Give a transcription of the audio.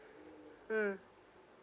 mm